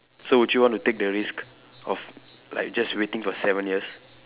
so would you want to take the risk of like just waiting for seven years